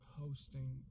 hosting